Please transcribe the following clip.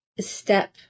step